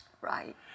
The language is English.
Right